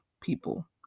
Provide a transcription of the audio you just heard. people